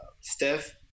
Steph